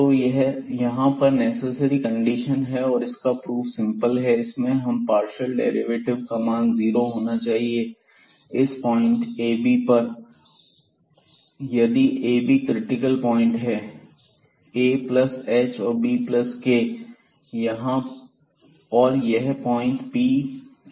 तो यहां पर नेसेसरी कंडीशन है और इसका प्रूफ सिंपल है इसमें इन पार्शियल डेरिवेटिव का मान जीरो होना चाहिए इस पॉइंट a b पर यदि a b क्रिटिकल प्वाइंट है ah और bk और यह पॉइंट Pab के नेबरहुड में है